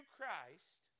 Christ